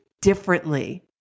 differently